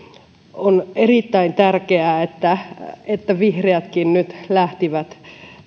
on erittäin tärkeää että että vihreätkin nyt lähtivät